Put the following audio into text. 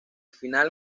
final